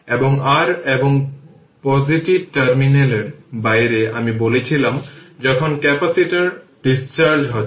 এবং r এবং positive টার্মিনালের বাইরে আমি বলেছিলাম যখন ক্যাপাসিটর ডিসচার্জ হচ্ছে